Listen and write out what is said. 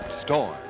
Storm